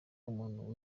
umuntu